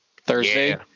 Thursday